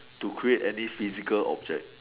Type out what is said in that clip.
to create any physical object